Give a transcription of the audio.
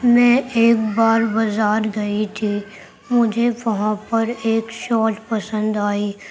میں ایک بار بزار گئی تھی مجھے وہاں پر ایک شال پسند آئی